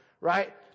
Right